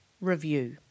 review